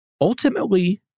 ultimately